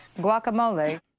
guacamole